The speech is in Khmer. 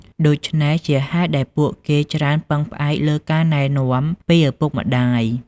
ដូច្នេះ ជាហេតុដែលពួកគេច្រើនពឹងផ្អែកលើការណែនាំពីឪពុកម្ដាយ។